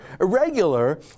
Irregular